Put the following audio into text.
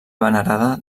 venerada